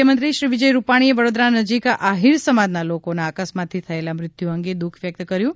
મુખ્યમંત્રી શ્રી વિજય રૂપાણીએ વડોદરા નજીક આહીર સમાજના લોકોના અકસ્માતથી થયેલા મૃત્યુ અંગે દુઃખ વ્યકત કર્યુ છે